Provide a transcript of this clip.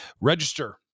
Register